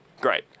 Great